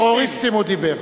על טרוריסטים הוא דיבר.